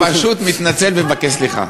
אני פשוט מתנצל ומבקש סליחה.